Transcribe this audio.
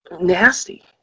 nasty